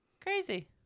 Crazy